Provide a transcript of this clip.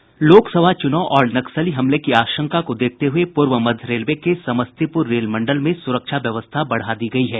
लोकसभा चूनाव और नक्सली हमले की आशंका को देखते हुए पूर्व मध्य रेलवे के समस्तीपुर रेल मंडल में सुरक्षा व्यवस्था बढ़ा दी गयी है